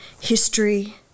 history